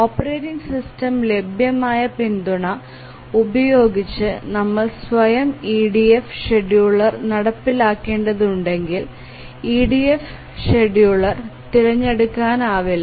operating system ലഭ്യമായ പിന്തുണ ഉപയോഗിച്ച് നമ്മൾ സ്വയം EDF ഷെഡ്യൂളർ നടപ്പിലാക്കേണ്ടതുണ്ടെങ്കിൽ EDF ഷെഡ്യൂളർ തിരഞ്ഞെടുക്കാനാവില്ല